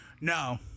No